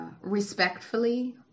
respectfully